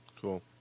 Cool